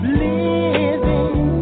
living